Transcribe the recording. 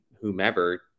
whomever